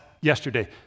yesterday